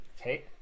Okay